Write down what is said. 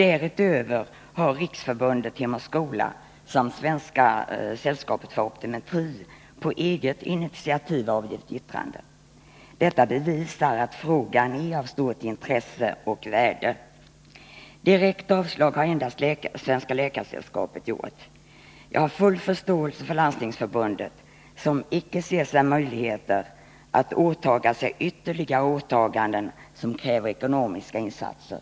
Därutöver har Riksförbundet Hem och skola samt Svenska sällskapet för optometri på eget initiativ avgivit yttrande. Detta bevisar att frågan är av stort intresse och värde. Direkt avslag har endast Svenska läkaresällskapet yrkat. Jag har full förståelse för att Landstingsförbundet icke ser möjligheter att göra ytterligare åtaganden som kräver ekonomiska insatser.